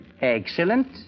Excellent